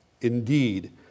Indeed